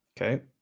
Okay